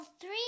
three